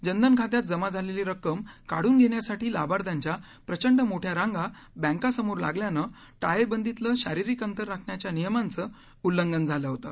जनधन खात्यात जमा झालेली रक्कम काढून घेण्यासाठी लाभार्थ्यांच्या प्रचंड मोठ्या रांगा बक्ती समोर लागल्यानं टाळेबंदीतलं शारिरीक अंतर राखण्याच्या नियमांचं उल्लंघन झालं होतं